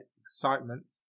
excitement